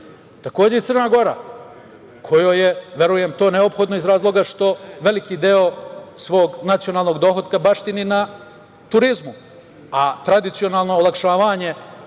Crna Gora, kojoj je verujem to neophodno iz razloga što veliki deo svog nacionalnog dohotka baštini na turizmu, a tradicionalno olakšavanje